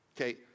Okay